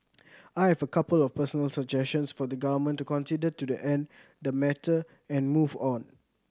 I have a couple of personal suggestions for the Government to consider to the end the matter and move on